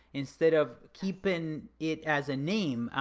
instead of keeping it as a name.